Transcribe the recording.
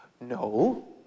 No